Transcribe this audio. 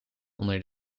onder